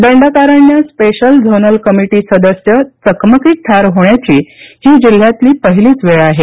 Dandakaranya special zonal committee सदस्य चकमकीत ठार होण्याची ही जिल्ह्यातील पहिलीच वेळ आहे